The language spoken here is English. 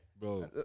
Bro